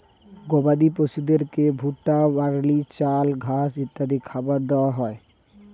গবাদি পশুদেরকে ভুট্টা, বার্লি, চাল, ঘাস ইত্যাদি খাবার দেওয়া হয়